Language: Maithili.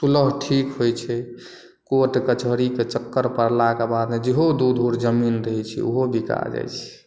सुलह ठीक होइ छै कोर्ट कचहरी के चक्कर परला के बाद जेहो दू धूर जमीन रहै छै ओहो बिका जाइ छै